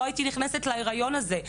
לא היו נכנסות להיריון הזה.